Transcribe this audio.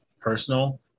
personal